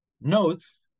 notes